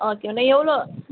okay madam எவ்வளோ